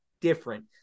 different